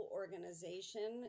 organization